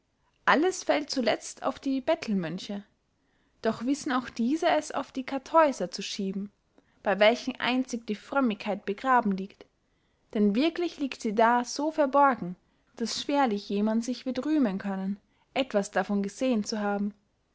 alles fällt zuletzt auf die bettelmönche doch wissen auch diese es auf die cartheuser zu schieben bey welchen einzig die frömmigkeit begraben liegt denn wirklich liegt sie da so verborgen daß schwerlich jemand sich wird rühmen können etwas davon gesehen zu haben